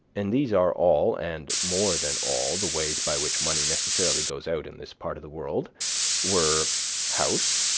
and these are all and more than all the ways by which money necessarily goes out in this part of the world were house.